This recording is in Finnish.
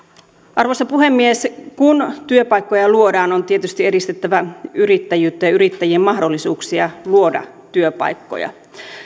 arvoisa puhemies kun työpaikkoja luodaan on tietysti edistettävä yrittäjyyttä ja yrittäjien mahdollisuuksia luoda työpaikkoja